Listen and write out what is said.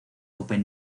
open